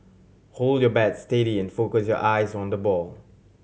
hold your bat steady and focus your eyes on the ball